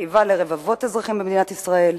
שמכאיבה לרבבות אזרחים במדינת ישראל,